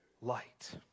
light